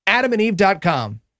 AdamandEve.com